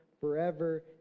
forever